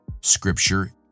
Scripture